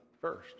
first